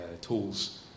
tools